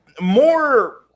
more